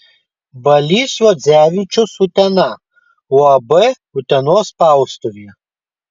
balys juodzevičius utena uab utenos spaustuvė